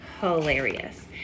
hilarious